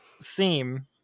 seem